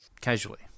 casually